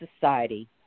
society